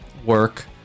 work